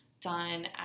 done